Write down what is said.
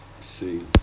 see